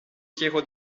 quiero